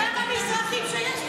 וגם המזרחים שיש,